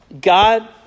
God